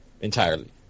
Entirely